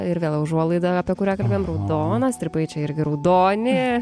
ir vėl užuolaida apie kurią kalbėjom raudona strypai čia irgi raudoni